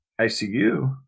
ICU